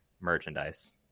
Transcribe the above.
merchandise